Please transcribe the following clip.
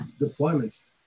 deployments